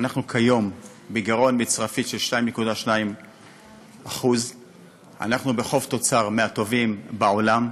אנחנו היום בגירעון מצרפי של 2.2%; אנחנו בחוב תוצר מהטובים בעולם,